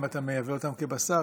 אם אתה מייבא אותם כבשר,